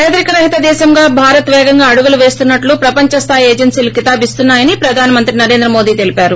పేదరిక రహిత దేశంగా భారత్ వేగంగా అడుగులు వేస్తున్నట్లు ప్రపంచ స్లాయి ఏజెన్సీలు కితాబిస్తున్నాయని ప్రధానమంత్రి నరేంద్ర మోదీ తెలిపారు